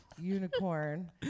unicorn